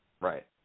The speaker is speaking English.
Right